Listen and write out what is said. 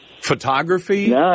Photography